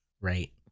Right